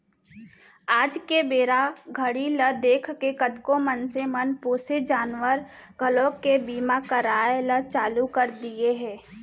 आज के बेरा घड़ी ल देखके कतको मनसे मन पोसे जानवर घलोक के बीमा कराय ल चालू कर दिये हें